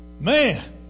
Man